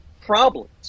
problems